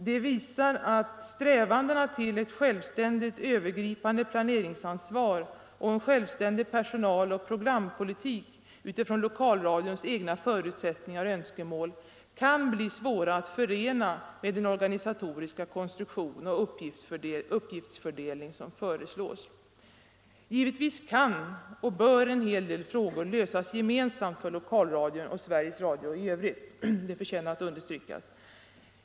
Det visar att strävandena till ett självständigt övergripande planeringsansvar och en självständig personaloch programpolitik utifrån lokalradions egna förutsättningar och önskemål kan bli svåra att förena med den organisatoriska konstruktion och uppgiftsfördelning som föreslås. Givetvis kan och bör en hel del frågor lösas gemensamt för lokalradion och Sveriges Radio i övrigt. Det förtjänar att understrykas.